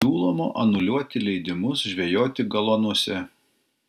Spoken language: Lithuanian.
siūloma anuliuoti leidimus žvejoti galuonuose